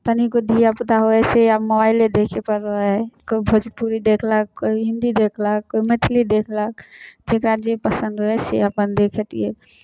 तनिगो धिआपुता होइ हइ से आब मोबाइले देखैपर रहै हइ कोइ भोजपुरी देखलक कोइ हिन्दी देखलक कोइ मैथिली देखलक जेकरा जे पसन्द होइ हइ से अपन देखतिए